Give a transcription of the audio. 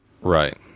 Right